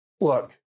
look